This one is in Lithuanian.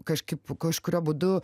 kažkaip kažkuriuo būdu